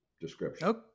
description